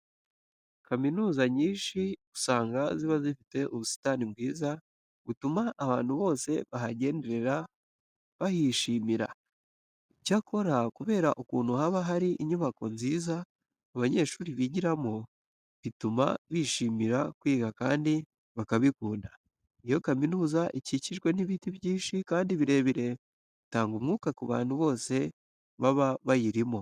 Kaminuza nyinshi usanga ziba zifite ubusitani bwiza butuma abantu bose bahagenderera bahishimira. Icyakora kubera ukuntu haba hari inyubako nziza abanyeshuri bigiramo, bituma bishimira kwiga kandi bakabikunda. Iyo kaminuza ikikijwe n'ibiti byinshi kandi birebire, bitanga umwuka ku bantu bose baba bayirimo.